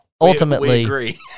ultimately